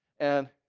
and